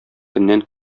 көннән